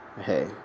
Hey